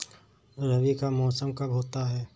रबी का मौसम कब होता हैं?